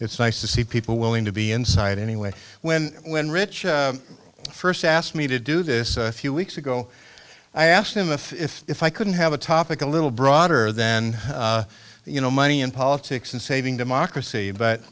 it's nice to see people willing to be inside anyway when when rich first asked me to do this a few weeks ago i asked him if if i couldn't have a topic a little broader then you know money and politics and saving democracy but